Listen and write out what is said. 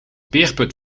beerput